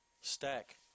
Stack